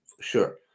sure